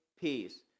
peace